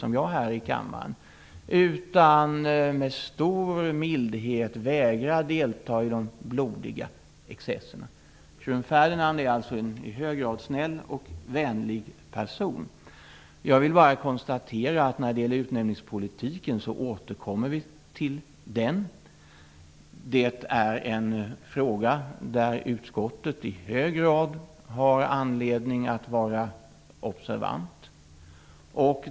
Med stor mildhet vägrar han delta i de blodiga excesserna. Tjuren Ferdinand är alltså i hög grad snäll och vänlig. Jag vill bara konstatera att vi återkommer till utnämningspolitiken. Det är en fråga där utskottet i hög grad har anledning att vara observant.